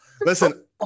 Listen